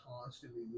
constantly